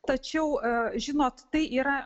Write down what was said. tačiau žinot tai yra